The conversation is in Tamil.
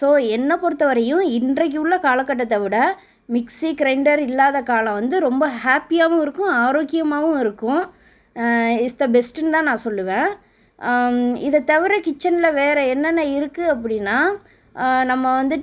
ஸோ என்னை பொறுத்தவரையும் இன்றைக்கு உள்ளே காலக்கட்டத்தை விட மிக்ஸி க்ரைண்டர் இல்லாத காலம் வந்து ரொம்ப ஹாப்பியாகவும் இருக்கும் ஆரோக்கியமாகவும் இருக்கும் இஸ் த பெஸ்ட்டுன்னு தான் நான் சொல்லுவேன் இதை தவிர கிச்சனில் வேறு என்னெனன இருக்குது அப்படின்னா நம்ம வந்துட்டு